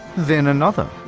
then another,